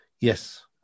Yes